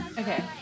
Okay